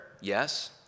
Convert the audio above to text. Yes